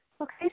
Okay